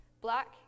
black